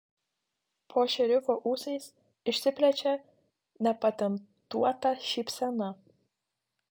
po šerifo ūsais išsiplečia nepatentuota šypsena